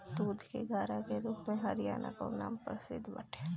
दूध के घड़ा के रूप में हरियाणा कअ नाम प्रसिद्ध बाटे